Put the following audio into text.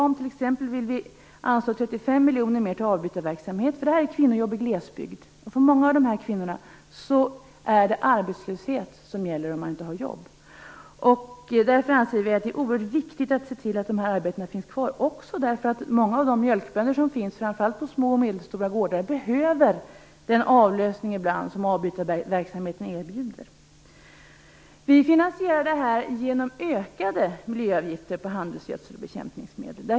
Vi vill t.ex. anslå ytterligare 35 miljoner till avbytarverksamhet. Det handlar om kvinnojobb i glesbygd. För många av kvinnorna är det arbetslöshet som gäller om man inte har jobb. Därför anser vi att det är oerhört viktigt att se till att de här arbetena finns kvar. Det anser vi också därför att många av mjölkbönderna framför allt på små och medelstora gårdar ibland behöver den avlösning som avbytarverksamheten erbjuder. Vi finansierar detta genom ökade miljöavgifter på handelsgödselbekämpningsmedel.